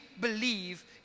believe